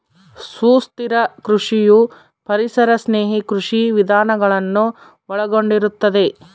ಸುಸ್ಥಿರ ಕೃಷಿಯು ಪರಿಸರ ಸ್ನೇಹಿ ಕೃಷಿ ವಿಧಾನಗಳನ್ನು ಒಳಗೊಂಡಿರುತ್ತದೆ